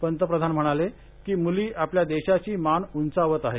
पंतप्रधान म्हणाले की मुली आपल्या देशाची मान उचावत आहेत